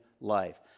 life